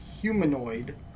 humanoid